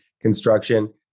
construction